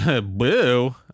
Boo